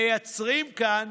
מייצרים כאן